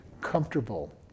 comfortable